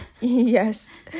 Yes